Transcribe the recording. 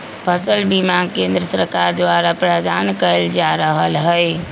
फसल बीमा केंद्र सरकार द्वारा प्रदान कएल जा रहल हइ